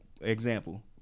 Example